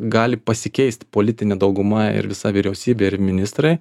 gali pasikeist politinė dauguma ir visa vyriausybė ir ministrai